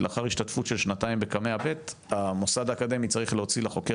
לאחר השתתפות של שנתיים בקמע ב' המוסד האקדמי צריך להוציא לחוקר